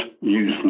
use